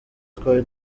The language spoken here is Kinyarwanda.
twari